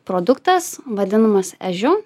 produktas vadinamas ežiu